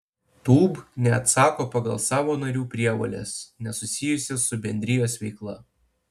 tūb neatsako pagal savo narių prievoles nesusijusias su bendrijos veikla